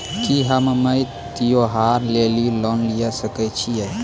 की हम्मय त्योहार लेली लोन लिये सकय छियै?